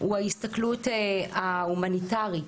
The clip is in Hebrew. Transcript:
הוא ההסתכלות ההומניטרית,